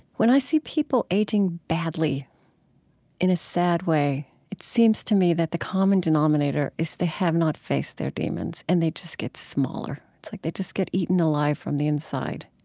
when i see people aging badly in a sad way, it seems to me that the common denominator is they have not faced their demons and they just get smaller. it's like they just get eaten alive from the inside.